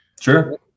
Sure